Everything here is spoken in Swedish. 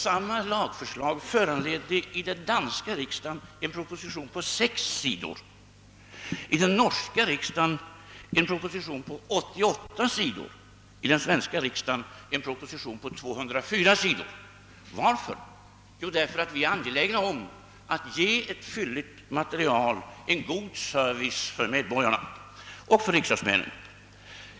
Samma lagförslag föranledde i den danska riksdagen en proposition på 6 sidor, i den norska riksdagen en sådan på 88 sidor och i den svenska riksdagen en proposition på 204 sidor. Varför? Jo, för att vi är angelägna om att ge ett fylligt material, en god service för medborgarna och riksdagsmännen.